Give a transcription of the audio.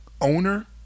owner